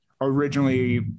originally